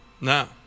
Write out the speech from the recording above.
No